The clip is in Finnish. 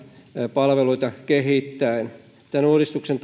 palveluita kehittäen tämän uudistuksen